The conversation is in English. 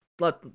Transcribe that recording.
let